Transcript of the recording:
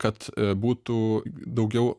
kad būtų daugiau